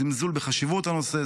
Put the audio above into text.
זלזול בחשיבות הנושא,